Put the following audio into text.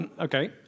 Okay